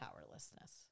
powerlessness